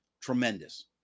Tremendous